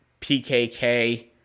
PKK